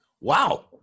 wow